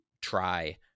try